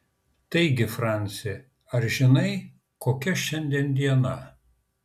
taigi franci ar žinai kokia šiandien diena